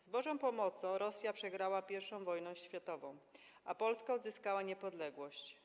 Z bożą pomocą Rosja przegrała I wojnę światową, a Polska odzyskała niepodległość.